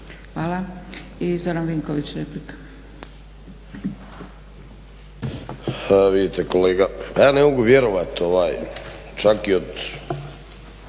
(SDP)** I Zoran Vinković replika.